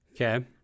Okay